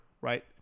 right